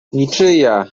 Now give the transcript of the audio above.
niczyja